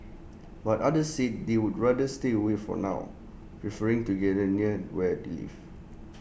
but others said they would rather stay away for now preferring to gather near where they live